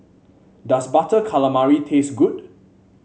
does Butter Calamari taste good